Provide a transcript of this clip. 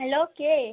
hello কে